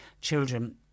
Children